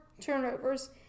Turnovers